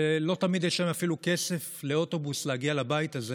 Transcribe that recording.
שלא תמיד יש להם אפילו כסף לאוטובוס להגיע לבית הזה